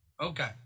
Okay